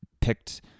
picked